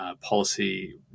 policy